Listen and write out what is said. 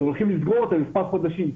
הולכים לסגור אותה למספר חודשים.